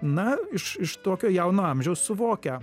na iš iš tokio jauno amžiaus suvokia